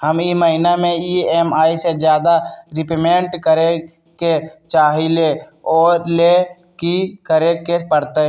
हम ई महिना में ई.एम.आई से ज्यादा रीपेमेंट करे के चाहईले ओ लेल की करे के परतई?